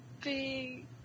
big